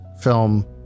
film